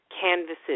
canvases